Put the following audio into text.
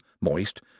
Moist